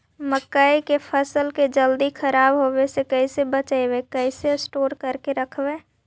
मकइ के फ़सल के जल्दी खराब होबे से कैसे बचइबै कैसे स्टोर करके रखबै?